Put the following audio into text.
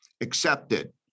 accepted